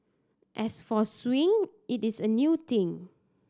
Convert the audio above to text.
as for suing it is a new thing